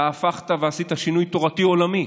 אתה הפכת ועשית שינוי תורתי עולמי